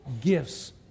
gifts